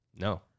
no